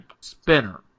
Spinner